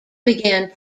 began